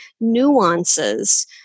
nuances